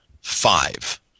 five